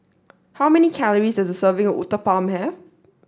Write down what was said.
how many calories does a serving of Uthapam have